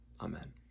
amen